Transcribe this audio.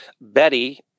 Betty